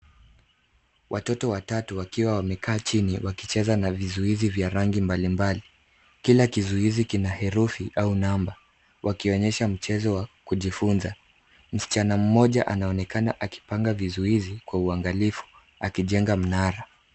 Watoto watatu wakiwa wamekaa chini wakicheza na vizuizi vya rangi mbalimbali. Kila kizuizi kina herufi au namba, wakionyesha mchezo wa kujifunza. Msichana mmoja anaonekana akipanga vizuizi kwa uangalifu akijenga mnara.